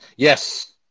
Yes